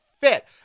fit